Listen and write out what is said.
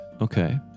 Okay